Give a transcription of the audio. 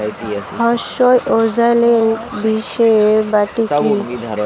ই wallet পরিষেবাটি কি?